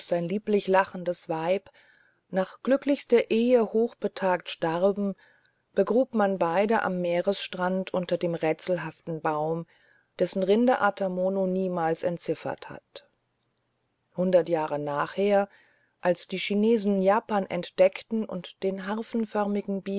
sein lieblich lachendes weib nach glücklichster ehe hochbetagt starben begrub man beide am meeresstrande unter dem rätselhaften baum dessen rinde ata mono niemals entziffert hat hunderte jahre nachher als die chinesen japan entdeckten und den